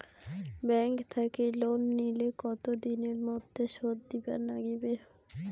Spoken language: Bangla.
ব্যাংক থাকি লোন নিলে কতো দিনের মধ্যে শোধ দিবার নাগিবে?